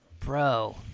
Bro